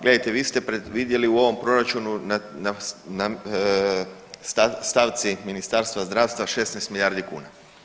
Gledajte vi ste predvidjeli u ovom proračunu na stavci Ministarstva zdravstva 16 milijardi kuna.